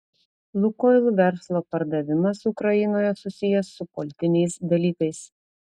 lukoil verslo pardavimas ukrainoje susijęs su politiniais dalykais